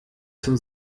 zum